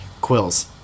Quills